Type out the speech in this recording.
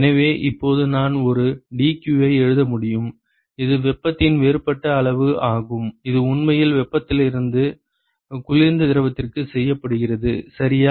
எனவே இப்போது நான் ஒரு dq ஐ எழுத முடியும் இது வெப்பத்தின் வேறுபட்ட அளவு ஆகும் இது உண்மையில் வெப்பத்திலிருந்து குளிர்ந்த திரவத்திற்கு செய்யப்படுகிறது சரியா